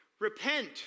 repent